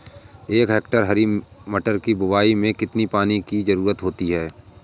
एक हेक्टेयर हरी मटर की बुवाई में कितनी पानी की ज़रुरत होती है?